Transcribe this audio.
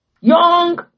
Young